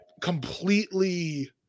completely